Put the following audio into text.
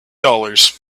dollars